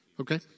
Okay